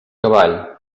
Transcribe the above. cavall